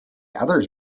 others